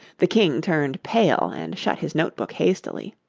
the king turned pale, and shut his note-book hastily.